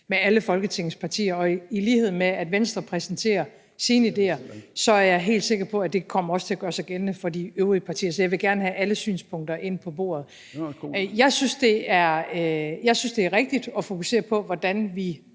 med alle Folketingets partier. Og i lighed med at Venstre præsenterer sine idéer, er jeg helt sikker på, at det også kommer til at gøre sig gældende for de øvrige partier. Jeg vil gerne have alle synspunkter ind på bordet. Jeg synes, det er rigtig at fokusere på, hvordan vi